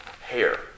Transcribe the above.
hair